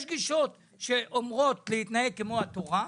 יש גישות שאומרות: להתנהג כמו התורה,